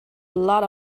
lot